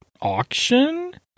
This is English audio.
auction